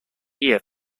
year